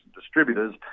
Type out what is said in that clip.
distributors